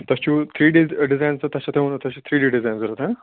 تۄہہِ چھُو three D design چھُ تۄہہِ ووٚنمُت تۄہہِ چھُو تھری ڈی ڈِزایِن ضوٚرَتھ ہاں